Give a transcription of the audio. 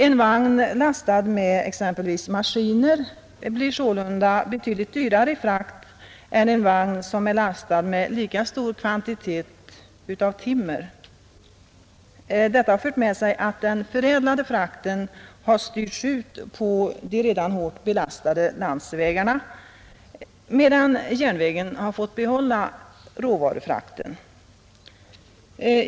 En vagn lastad med exempelvis maskiner blir sålunda betydligt dyrare i frakt än en vagn lastad med lika stor kvantitet timmer. Detta har fört med sig att den förädlade frakten har styrts ut på de redan hårt belastade landsvägarna, medan järnvägen har fått behålla råvarufrakten.